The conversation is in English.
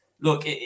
look